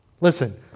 Listen